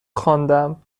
خواندم